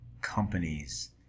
companies